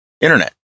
internet